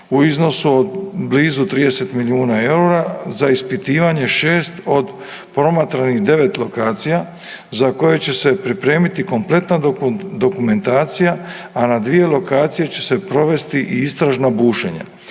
u iznosu od blizu 30 milijuna EUR-a za ispitivanje 6 od promatranih 9 lokacija za koje će se pripremiti kompletna dokumentacija, a na dvije lokacije će se provesti i istražna bušenja,